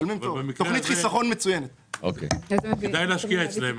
כדאי להשקיע אצלם.